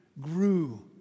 grew